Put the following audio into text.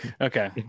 Okay